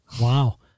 Wow